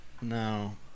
No